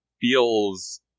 feels